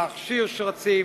להכשיר שרצים,